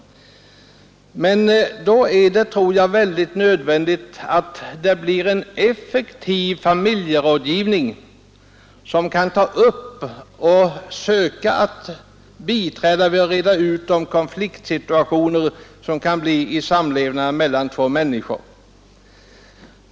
Men då biträda med att söka reda ut de konfliktsituationer som kan uppstå i är det nödvändigt med en effektiv familjerådgivning, som kan samlevnaden mellan två människor.